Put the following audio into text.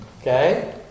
Okay